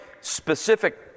specific